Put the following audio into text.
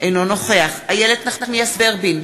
אינו נוכח איילת נחמיאס ורבין,